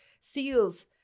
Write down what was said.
Seals